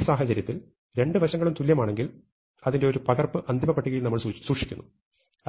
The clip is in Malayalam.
ഈ സാഹചര്യത്തിൽ രണ്ട് വശങ്ങളും തുല്യമാണെങ്കിൽ അതിന്റെ ഒരു പകർപ്പ് അന്തിമ പട്ടികയിൽ നമ്മൾ സൂക്ഷിക്കുന്നു